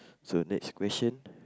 so next question